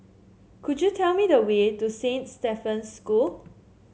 could you tell me the way to Saint Stephen's School